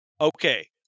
okay